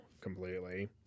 completely